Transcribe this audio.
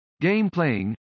game-playing